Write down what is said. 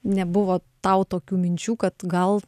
nebuvo tau tokių minčių kad gal